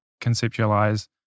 conceptualize